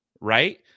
right